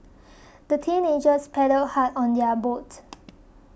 the teenagers paddled hard on their boat